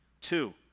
Two